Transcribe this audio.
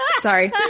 Sorry